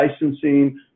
licensing